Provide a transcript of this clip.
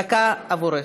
דקה עבורך.